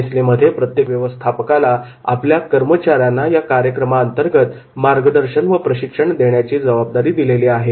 नेसलेमध्ये प्रत्येक व्यवस्थापकाला आपल्या कर्मचाऱ्यांना या कार्यक्रमाअंतर्गत मार्गदर्शन व प्रशिक्षण देण्याची जबाबदारी दिलेली आहे